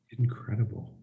incredible